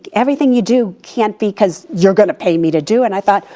everything you do can't be cause you're gonna pay me to do. and i thought,